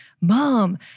Mom